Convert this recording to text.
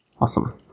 Awesome